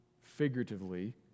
figuratively